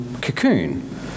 cocoon